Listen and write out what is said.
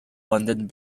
london